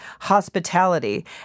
hospitality